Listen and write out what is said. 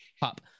pop